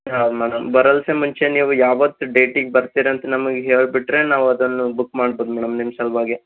ಹಾಂ ಮೇಡಮ್ ಬರೋಲ್ಸೆ ಮುಂಚೆ ನೀವು ಯಾವತ್ತು ಡೇಟಿಗೆ ಬರ್ತೀರಂತ ನಮಗೆ ಹೇಳಿಬಿಟ್ರೆ ನಾವು ಅದನ್ನು ಬುಕ್ ಮಾಡ್ಬೋದು ಮೇಡಮ್ ನಿಮ್ಮ ಸಲುವಾಗಿ